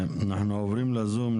אנחנו עוברים לזום,